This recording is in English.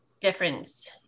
difference